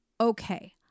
Okay